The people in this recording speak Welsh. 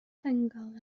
sengl